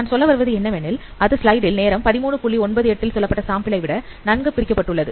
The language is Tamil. நான் சொல்ல வருவது என்னவெனில் அது சொல்லப்பட்ட சாம்பிளை விட நன்கு பிரிக்கப்பட்டுள்ளத